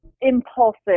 impulsive